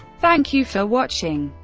thank you for watching.